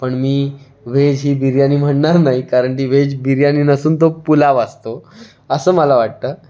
पण मी वेज ही बिर्याणी म्हणणार नाही कारण ती वेज बिर्याणी नसून तो पुलाव असतो असं मला वाटतं